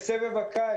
יש את סבב הקיץ.